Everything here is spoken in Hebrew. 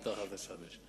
תחת השמש.